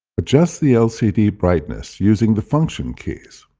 adjust the lcd brightness using the function keys.